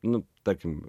nu tarkim